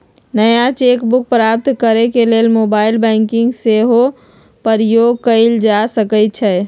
नया cheque book प्राप्त करेके लेल मोबाइल बैंकिंग के सेहो प्रयोग कएल जा सकइ छइ